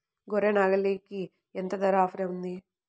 గొర్రె, నాగలికి ఎంత ధర ఆఫర్ ఉంది?